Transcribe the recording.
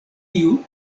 tiu